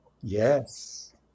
Yes